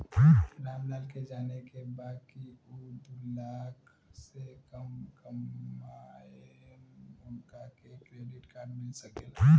राम लाल के जाने के बा की ऊ दूलाख से कम कमायेन उनका के क्रेडिट कार्ड मिल सके ला?